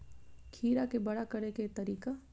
खीरा के बड़ा करे के तरीका?